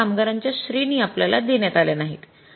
परंतु कामगारांच्या श्रेणी आपल्याला देण्यात आल्या नाहीत